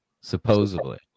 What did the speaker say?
supposedly